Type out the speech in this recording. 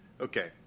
Okay